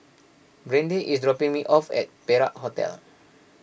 Brande is dropping me off at Perak Hotel